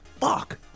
fuck